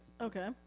Okay